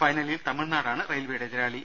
ഫൈനലിൽ തമിഴ്നാടാണ് റെയിൽവെയുടെ എതിരാളി